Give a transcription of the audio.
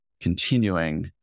continuing